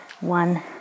one